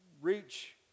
reach